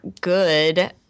good